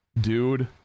Dude